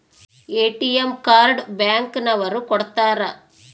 ATM card bank ನವರು ಕೊಡ್ತಾರ